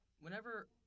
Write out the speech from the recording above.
whenever